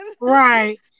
Right